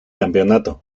campeonato